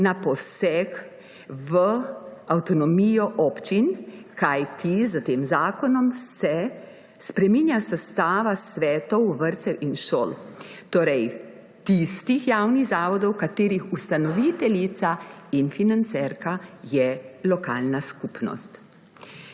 na poseg v avtonomijo občin, kajti s tem zakonom se spreminja sestava svetov vrtcev in šol, torej tistih javnih zavodov, katerih ustanoviteljica in financerka je lokalna skupnost.